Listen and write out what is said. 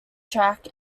track